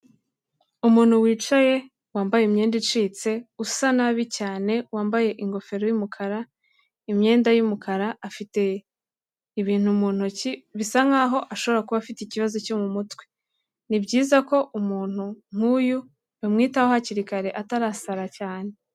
Umuntu wicaye wambaye imyenda icitse, usa nabi cyane, wambaye ingofero y'umukara, imyenda y'umukara, afite ibintu mu ntoki bisa nkaho ashobora kuba afite ikibazo cyo mu mutwe, ni byiza ko umuntu nk'uyu bamwitaho hakiri kare atarasara cyane.